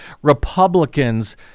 republicans